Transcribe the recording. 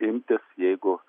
imtis jeigu